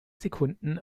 sekunden